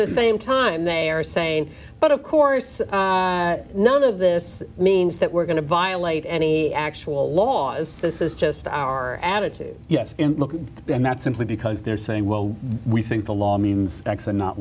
the same time they are saying but of course none of this means that we're going to violate any actual laws this is just our attitude yes look at them that simply because they're saying well we think the law means x and not